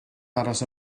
aros